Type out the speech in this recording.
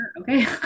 Okay